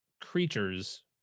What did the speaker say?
creatures